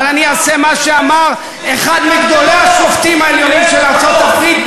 אבל אני אעשה מה שאמר אחד מגדולי השופטים העליונים של ארצות-הברית,